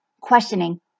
questioning